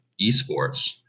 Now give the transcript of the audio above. esports